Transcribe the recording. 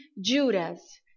Judas